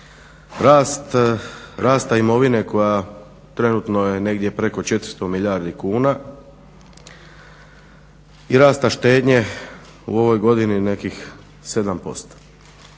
rasta imovine koja trenutno je negdje preko 400 milijardi kuna i rasta štednje nekih 7%.